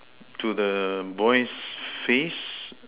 to the boy's face